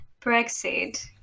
Brexit